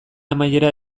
amaiera